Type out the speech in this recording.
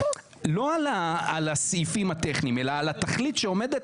לא על הסעיפים הטכניים אלא על התכלית שעומדת